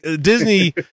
Disney